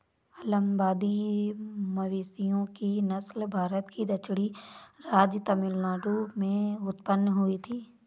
अलंबादी मवेशियों की नस्ल भारत के दक्षिणी राज्य तमिलनाडु में उत्पन्न हुई थी